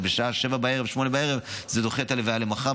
אם זה בשעה 19:00 או 20:00 זה דוחה את ההלוויה למחר,